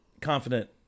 confident